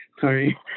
Sorry